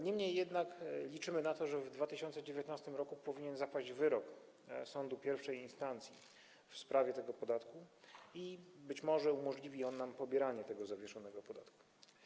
Niemniej jednak liczymy na to, że w 2019 r. powinien zapaść wyrok sądu I instancji w sprawie tego podatku i być może umożliwi on nam pobieranie tego zawieszonego podatku.